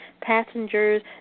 Passengers